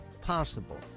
possible